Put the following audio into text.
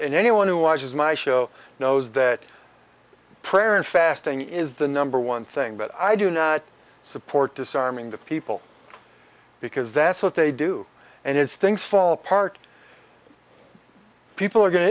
and anyone who watches my show knows that prayer and fasting is the number one thing that i do not support disarming the people because that's what they do and as things fall apart people are go